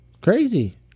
Crazy